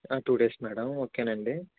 two days madam okay నండి